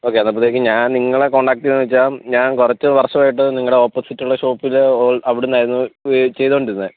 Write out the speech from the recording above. okay എന്നായിപ്പിതിലേക്കി നിങ്ങളെ contact ചെയ്യുന്നത് ചോദിച്ചാൽ ഞാൻ കുറച്ച് വർഷം ആയിട്ട് നിങ്ങളുടെ ഓപ്പോസിറ്റൊള്ള ഷോപ്പില് ഹോൾ അവിടന്നായിരുന്നു ചെയ്തോണ്ടിരുന്നത്